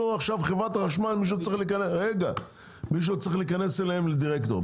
עכשיו חברת חשמל מישהו צריך להיכנס אליהם לדירקטור,